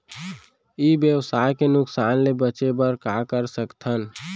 ई व्यवसाय के नुक़सान ले बचे बर का कर सकथन?